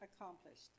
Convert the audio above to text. accomplished